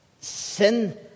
sin